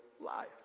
life